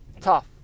Tough